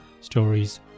stories